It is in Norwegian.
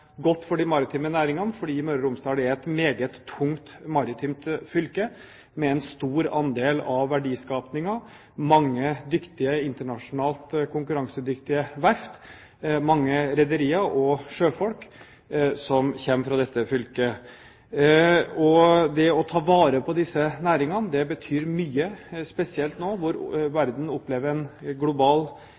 godt for de maritime næringene, for Møre og Romsdal er et meget tungt maritimt fylke, med en stor andel av verdiskapingen, med mange dyktige og internasjonalt konkurransedyktige verft og med mange rederier. Og det er mange sjøfolk som kommer fra dette fylket. Det å ta vare på disse næringene betyr mye, spesielt nå, når verden opplever en global